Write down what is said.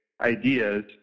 ideas